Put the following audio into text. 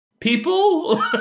people